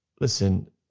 listen